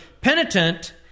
penitent